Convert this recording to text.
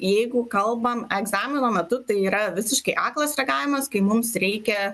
jeigu kalbam egzamino metu tai yra visiškai aklas ragavimas kai mums reikia